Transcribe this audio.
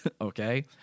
Okay